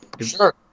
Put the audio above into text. sure